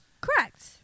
Correct